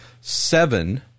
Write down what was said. seven